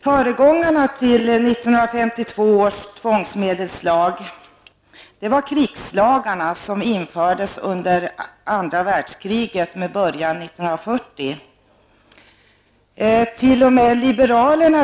Föregångarna till 1952 års tvångsmedelslag var de krigslagar som infördes under andra världskriget med början 1940.